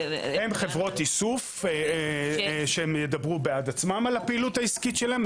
הן חברות איסוף שהן ידברו בעד עצמן על הפעילות העסקית שלהם,